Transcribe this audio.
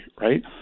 right